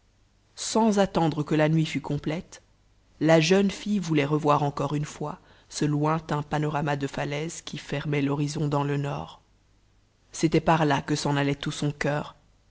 sans attendre que la nuit fût complète la jeune fille voulait revoir encore une fois ce lointain panorama de falaises qui fermait l'horizon dans le nord c'était par là que